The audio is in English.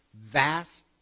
vast